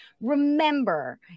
remember